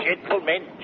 gentlemen